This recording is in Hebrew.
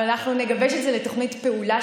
אבל אנחנו נגבש את זה לתוכנית פעולה,